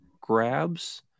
grabs